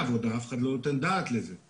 אף אחד לא נותן את הדעת לדרך ההגעה לעבודה,